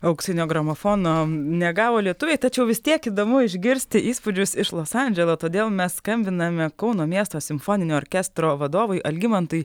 auksinio gramofono negavo lietuviai tačiau vis tiek įdomu išgirsti įspūdžius iš los andželo todėl mes skambiname kauno miesto simfoninio orkestro vadovui algimantui